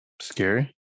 scary